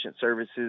services